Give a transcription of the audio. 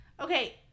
Okay